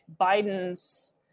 Biden's